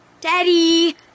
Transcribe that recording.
Daddy